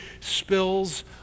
spills